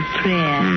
prayer